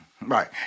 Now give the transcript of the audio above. Right